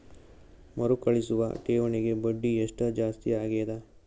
ಮರುಕಳಿಸುವ ಠೇವಣಿಗೆ ಬಡ್ಡಿ ಎಷ್ಟ ಜಾಸ್ತಿ ಆಗೆದ?